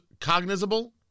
cognizable